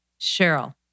Cheryl